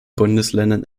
bundesländern